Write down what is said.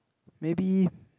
maybe